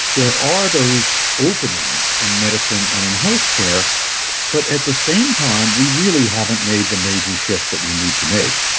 there are those openings in medicine and in healthcare but at the same time, we really haven't made the major shift that we need to make,